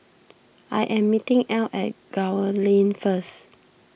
I am meeting Ell at Gul Lane first